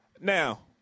Now